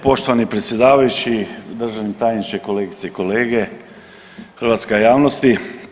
Poštovani predsjedavajući, državni tajniče, kolegice i kolege, hrvatska javnosti.